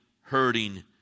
hurting